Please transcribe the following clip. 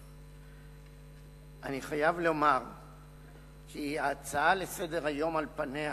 אני חייב לומר כי ההצעה לסדר-היום על פניה